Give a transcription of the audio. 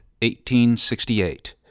1868